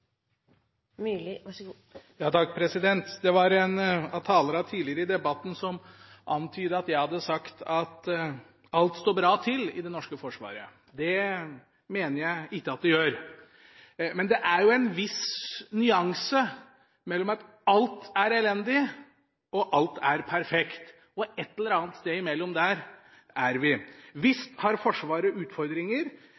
Det var en av talerne tidligere i debatten som antydet at jeg hadde sagt at alt står bra til i det norske forsvaret. Det mener jeg ikke at det gjør. Men det er en viss nyanse mellom at alt er elendig og at alt er perfekt. Et eller annet sted mellom der er vi.